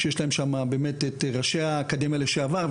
שיש להם שם את ראשי האקדמיה לשעבר,